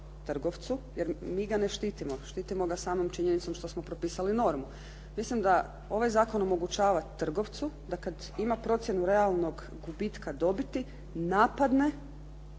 jer mi ga ne štitimo. Štitimo ga samom činjenicom što smo propisali normu. Mislim da ovaj zakon omogućava trgovcu da kad ima procjenu realnog gubitka dobiti napadne